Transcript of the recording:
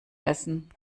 essen